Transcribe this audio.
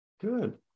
Good